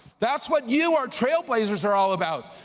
that's what, you, our trailblazers are all about.